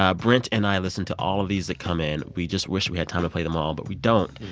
ah brent and i listen to all of these that come in. we just wish we had time to play them all but we don't.